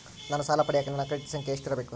ನಾನು ಸಾಲ ಪಡಿಯಕ ನನ್ನ ಕ್ರೆಡಿಟ್ ಸಂಖ್ಯೆ ಎಷ್ಟಿರಬೇಕು?